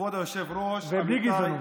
ובלי גזענות.